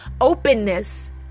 openness